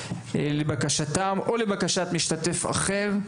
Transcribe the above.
לבקשתם או לבקשת משתתף אחר,